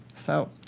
so,